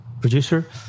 producer